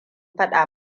faɗa